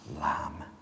lamb